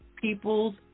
people's